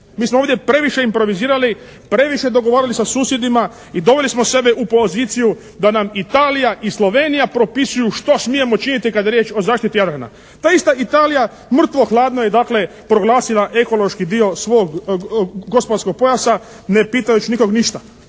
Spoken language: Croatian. Mi smo ovdje previše improvizirali, previše dogovarali sa susjedima i doveli smo sebe u poziciju da nam Italija i Slovenija propisuju što smijemo činiti kad je riječ o zaštiti Jadrana. Ta ista Italija mrtvo hladno je dakle proglasila ekološki dio svog gospodarskog pojasa ne pitajući nikog ništa.